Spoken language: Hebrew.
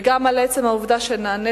וגם על עצם העובדה שנענית